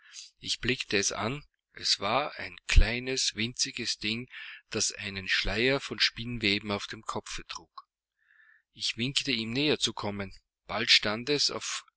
ich blickte es an es war ein kleines winziges ding das einen schleier von spinnweben auf dem kopfe trug ich winkte ihm näher zu kommen bald stand es auf